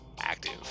active